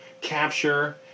capture